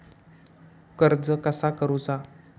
कर्ज कसा करूचा?